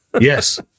Yes